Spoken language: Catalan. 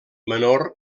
menor